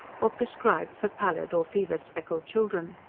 or prescribed for pallid or fever-speckled children.